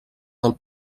del